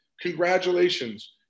congratulations